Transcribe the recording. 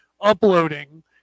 uploading